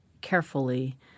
carefully